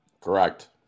Correct